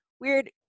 weird